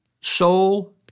soul